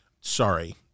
Sorry